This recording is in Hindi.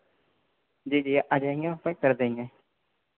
जी जी आ जाएंगे वहाँ पे कर देंगे